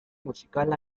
musical